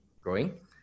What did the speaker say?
growing